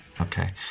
Okay